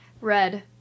Red